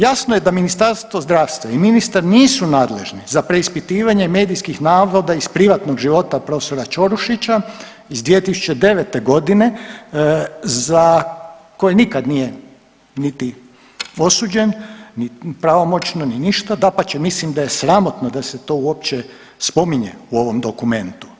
Jasno je da Ministarstvo zdravstva i ministar nisu nadležni za preispitivanje medijskih navoda iz privatnog života prof. Ćorušića iz 2009.g. za koje nikad nije niti osuđen pravomoćno ni ništa, dapače mislim da je sramotno da se to uopće spominje u ovom dokumentu.